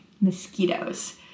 mosquitoes